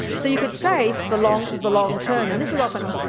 so you could say the long the long term and this is often,